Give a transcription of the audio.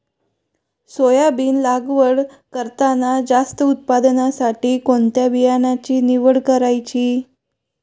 Soybean लागवड करताना जास्त उत्पादनासाठी कोणत्या बियाण्याची निवड करायची?